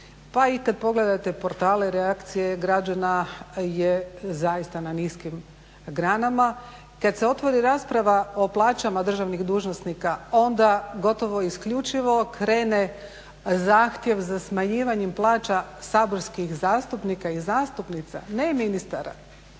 pa i kad pogledate portale, reakcije građana je zaista na niskim granama. Kad se otvori rasprava o plaćama državnih dužnosnika onda gotovo isključivo krene zahtjev za smanjivanjem plaća saborskih zastupnika i zastupnica ne ministara,